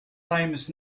famous